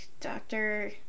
doctor